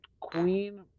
Queen